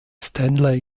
stanley